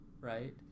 right